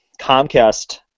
Comcast